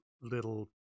little